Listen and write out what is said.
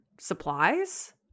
supplies